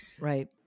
right